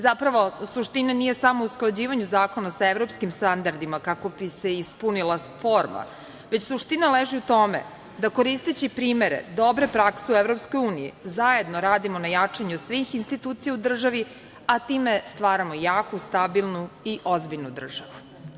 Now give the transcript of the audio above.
Zapravo, suština nije samo u usklađivanju zakona sa evropskim standardima, kako bi se ispunila forma, već suština leži u tome da, koristeći primere dobre prakse u EU, zajedno radimo na jačanju svih institucija u državi, a time stvaramo jaku, stabilnu i ozbiljnu državu.